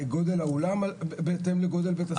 גודל האולם בהתאם לגודל בית הספר.